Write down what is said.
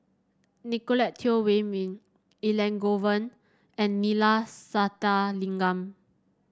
Nicolette Teo Wei Min Elangovan and Neila Sathyalingam